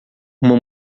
uma